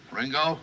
Ringo